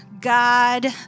God